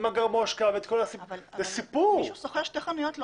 מי ששוכר שתי חנויות,